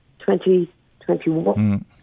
2021